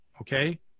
Okay